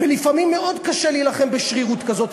ולפעמים מאוד קשה להילחם בשרירות כזאת.